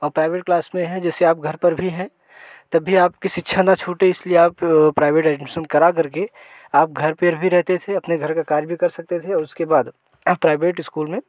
और private class में हैं जैसे आप घर पर भी हैं तब भी आपकी शिक्षा ना छूटे इसलिए आप प्राइवेट एडमिसन करा करके आप घर पे भी रेहते थे अपने घर का कार्य भी कर सकते थे और उसके बाद आप प्राइवेट स्कूल में